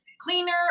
cleaner